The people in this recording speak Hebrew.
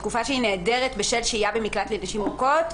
בתקופה שהיא נעדרת בשל שהייה במקלט לנשים מוכות,